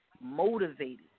motivated